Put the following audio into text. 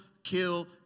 Kill